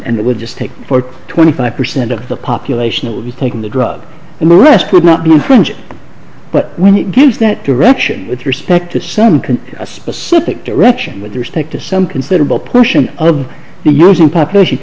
and it would just take twenty five percent of the population that would be taking the drug and the risk would not be infringing but when it gives that direction with respect to some can a specific direction with respect to some considerable portion of the human population